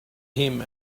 him